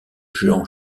jehan